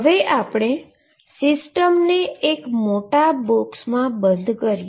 હવે આપણે આપણા સીસ્ટમને એક મોટા બોક્સમાં બંધ કરીએ